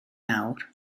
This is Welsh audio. nawr